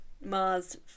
Mars